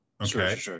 Okay